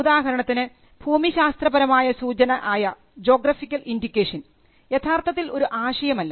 ഉദാഹരണത്തിന് ഭൂമിശാസ്ത്രപരമായ സൂചന ആയ ജോഗ്രഫിക്കൽ ഇൻഡിക്കേഷൻ യഥാർത്ഥത്തിൽ ഒരു ആശയമല്ല